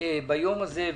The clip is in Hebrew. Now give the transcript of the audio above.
ביום הזה.